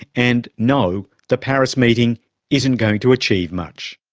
and, no, the paris meeting isn't going to achieve much.